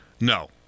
No